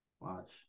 Watch